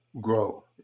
grow